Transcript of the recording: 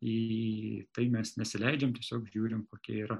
į tai mes nesileidžiam tiesiog žiūrim kokie yra